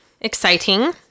exciting